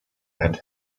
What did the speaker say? and